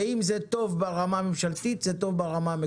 ואם זה טוב ברמה הממשלתית, זה טוב ברמה המקומית.